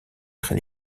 très